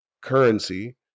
currency